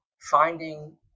finding